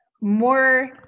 more